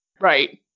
Right